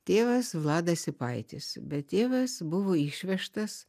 tėvas vladas sipaitis bet tėvas buvo išvežtas